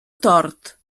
tort